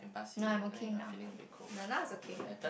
no I'm okay now ye~ no now is okay